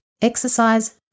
exercise